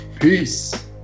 peace